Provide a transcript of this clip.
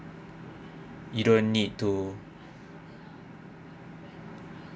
you don't need to